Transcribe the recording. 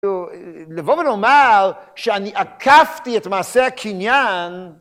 לבוא ולומר שאני עקפתי את מעשה הקניין